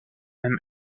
him